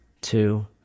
two